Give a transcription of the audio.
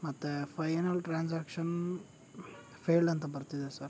ಮತ್ತು final transaction failed ಅಂತ ಬರ್ತಿದೆ ಸರ್